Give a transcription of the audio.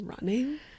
running